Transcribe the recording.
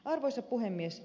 arvoisa puhemies